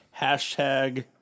Hashtag